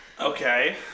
Okay